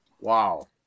Wow